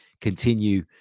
continue